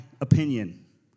opinion